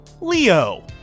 Leo